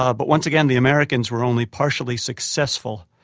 ah but once again the americans were only partially successful.